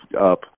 up